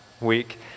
week